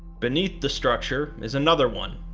beneath the structure is another one,